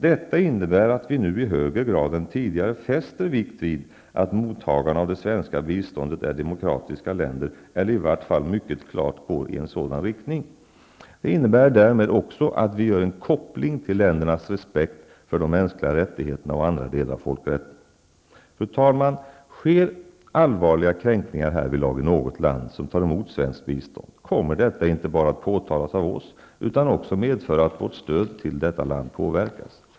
Detta innebär att vi nu i högre grad än tidigare fäster vikt vid att mottagarna av det svenska biståndet är demokratiska länder eller i vart fall mycket klart går i en sådan riktning. Det innebär därmed också att vi gör en koppling till ländernas respekt för de mänskliga rättigheterna och andra delar av folkrätten. Fru talman! Sker allvarliga kränkningar härvidlag i något land som tar emot svenskt bistånd, kommer detta inte bara att påtalas av oss, utan också medföra att vårt stöd till detta land påverkas.